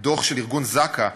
לדוח של ארגון זק"א שדיבר,